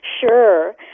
Sure